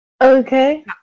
okay